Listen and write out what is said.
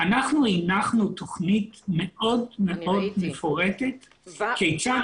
אנחנו הנחנו תוכנית מאוד מאוד מפורטת כיצד